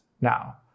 now